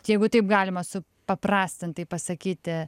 jeigu taip galima supaprastintai pasakyti